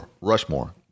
Rushmore